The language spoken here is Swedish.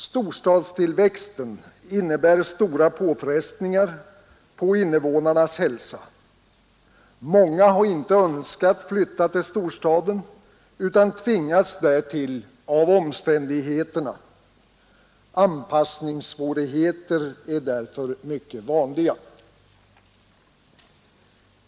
Storstadstillväxten innebär stora påfrestningar på invånarnas hälsa, många har inte önskat flytta till storstaden utan tvingats därtill av omständigheterna, anpassningssvårigheter är därför mycket vanliga.